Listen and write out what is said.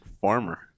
farmer